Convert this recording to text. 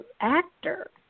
actor